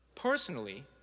Personally